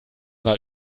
war